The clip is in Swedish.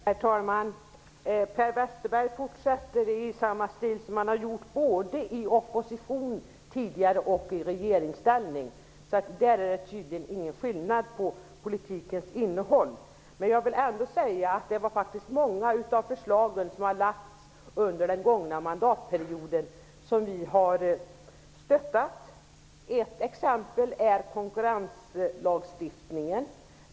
Herr talman! Per Westerberg fortsätter i samma stil som under både sin tid i opposition och sin tid i regeringsställning. Därvidlag är det tydligen ingen skillnad på politikens innehåll. Jag vill ändå påpeka att vi har stöttat många av de förslag som har lagts fram under den gångna mandatperioden. Ett exempel är konkurrenslagstiftningen.